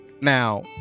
now